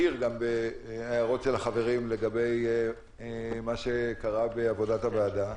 ומכיר גם בהערות של החברים לגבי מה שקרה בעבודת הוועדה.